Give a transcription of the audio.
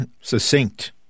succinct